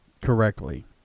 correctly